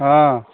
हँ